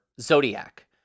Zodiac